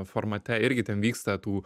formate irgi ten vyksta tų